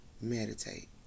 meditate